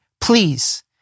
please